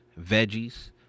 veggies